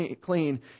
clean